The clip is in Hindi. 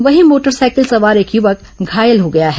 वहीं मोटरसाइकिल सवार एक युवक घायल हो गया है